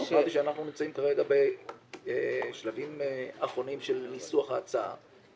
אנחנו נמצאים כרגע בשלבים אחרונים של ניסוח ההצעה.